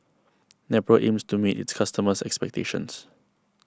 Nepro aims to meet its customers' expectations